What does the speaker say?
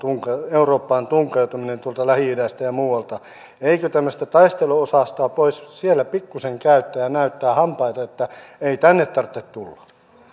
eurooppaan tunkeutuminen tuolta lähi idästä ja muualta eikö tämmöistä taisteluosastoa voisi siellä pikkuisen käyttää ja näyttää hampaita että ei tänne tarvitse tulla